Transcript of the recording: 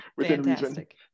Fantastic